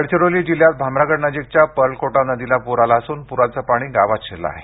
गडचिरोली जिल्ह्यात भामरागडनजीकच्या पर्लकोटा नदीला प्र आला असून पुराचे पाणी गावात शिरलं आहे